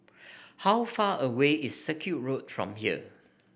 how far away is Circuit Road from here